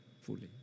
fully